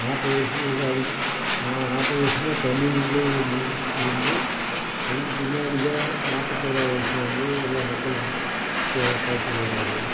நாற்பது வருஷத்துக்கு ஒருக்கா அதுக்கு நாற்பது வருஷமாக தண்ணி உள்ளேயே முழ்கி இருந்து அதுக்கு பின்னாடிதான் நாற்பத்தோறாவது வருஷம் வந்து எல்லாம் மக்கள் காட்சி தர்றார்